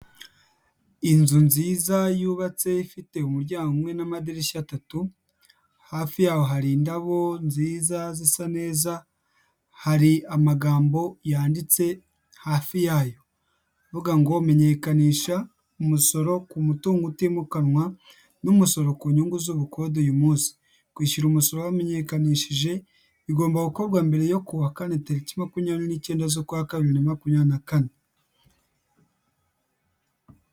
Inzu nziza yubatse ifite umuryango umwe n'amadirishya atatu, hafi yaho hari indabo nziza zisa neza, hari amagambo yanditse hafi yayo, avuga ngo menyekanisha umusoro ku mutungo utimukanwa n'umusoro ku nyungu zubukode uyu munsi. Kwishyura umusoro wamenyekanishije bigomba gukorwa mbere yo kuwa kane tariki makumyabiri n'icyenda z'ukwa kabiri bibiri na makumyabiri na kane.